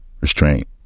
restraint